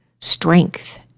Strength